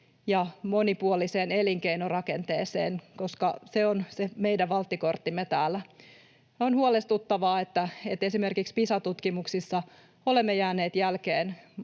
ja monipuoliseen elinkeinorakenteeseen, koska se on se meidän valttikorttimme täällä. On huolestuttavaa, että esimerkiksi Pisa-tutkimuksissa olemme jääneet jälkeen